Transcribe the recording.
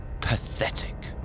Pathetic